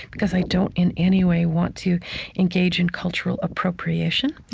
because i don't, in any way, want to engage in cultural appropriation.